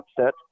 upset